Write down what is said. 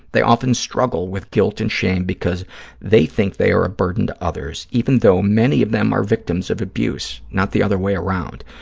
they often struggle with guilt and shame because they think they are a burden to others, even though many of them are victims of abuse, not the other way around.